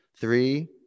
Three